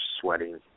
sweating